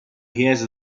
chiesa